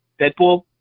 Deadpool